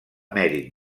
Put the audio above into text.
emèrit